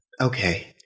Okay